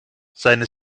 seine